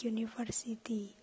University